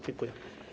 Dziękuję.